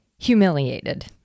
Humiliated